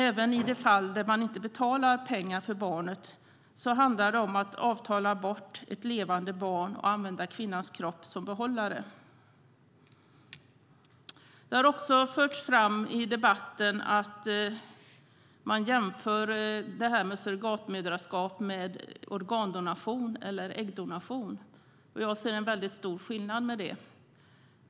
Även i de fall där man inte betalar pengar för barnet handlar det om att ett levande barn avtalas bort och att kvinnans kropp används som behållare. I debatten har man även jämfört surrogatmoderskap med organ och äggdonation. Jag ser en väldigt stor skillnad.